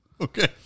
Okay